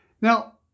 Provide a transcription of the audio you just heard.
Now